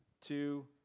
two